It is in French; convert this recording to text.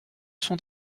sont